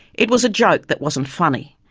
it was a joke that wasn't funny.